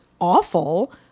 awful